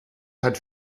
hat